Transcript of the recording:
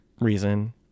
reason